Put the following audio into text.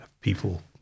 people